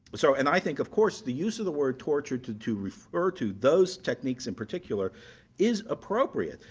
but so and i think of course the use of the word torture to to refer to those techniques in particular is appropriate.